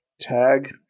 tag